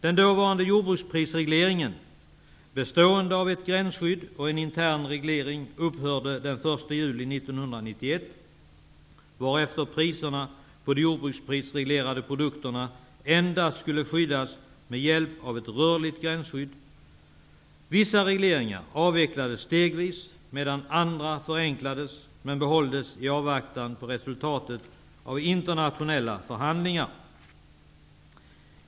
Den dåvarande jordbruksprisregleringen, bestående av ett gränsskydd och en intern reglering, upphörde den 1 juli 1991, varefter priserna på de jordbruksprisreglerade produkterna endast skulle skyddas med hjälp av ett rörligt gränsskydd. Vissa regleringar avvecklades stegvis, medan andra förenklades men behölls i avvaktan på resultatet av internationella förhandlingar.